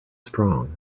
strong